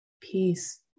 peace